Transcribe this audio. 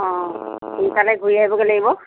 সোনকালে ঘূৰি আহিবগে লাগিব